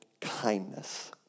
kindness